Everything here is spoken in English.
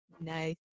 nice